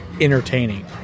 entertaining